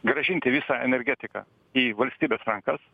grąžinti visą energetiką į valstybės rankas